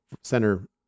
center